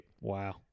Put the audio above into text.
Wow